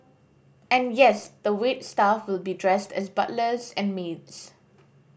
and yes the wait staff will be dressed as butlers and maids